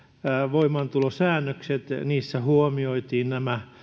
voimaantulosäännöksissä huomioitiin nämä